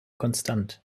konstant